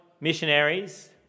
missionaries